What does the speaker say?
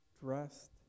dressed